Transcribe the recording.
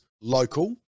local